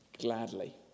gladly